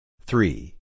three